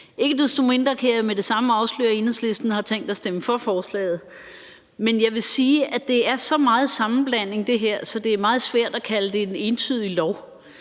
Ikke desto mindre kan jeg med det samme afsløre, at vi i Enhedslisten har tænkt os at stemme for forslaget. Men jeg vil sige, at det her er så meget en sammenblanding, at det er meget svært at kalde det en entydig lov.